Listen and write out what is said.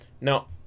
Now